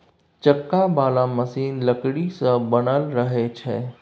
चक्का बला मशीन लकड़ी सँ बनल रहइ छै